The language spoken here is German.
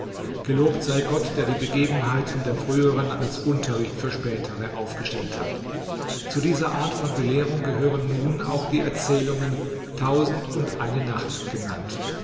gelobt sei gott der die begebenheiten der früheren als unterricht für spätere aufgestellt hat zu dieser art von belehrung gehören nun auch die erzählungen tausend und eine nacht genannt